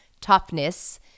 toughness